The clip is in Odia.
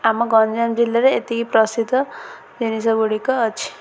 ଆମ ଗଞ୍ଜାମ ଜିଲ୍ଲାଠାରେ ଏତିକି ପ୍ରସିଦ୍ଧ ଜିନିଷଗୁଡ଼ିକ ଅଛି